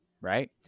right